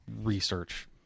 research